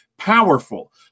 powerful